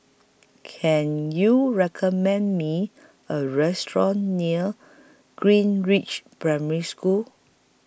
Can YOU recommend Me A Restaurant near Greenridge Primary School